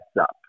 up